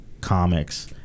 comics